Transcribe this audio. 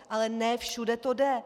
Ale ne všude to jde.